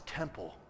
temple